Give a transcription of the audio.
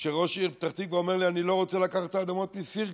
כשראש העיר פתח תקווה אומר לי: אני לא רוצה לקחת אדמות מסירקין.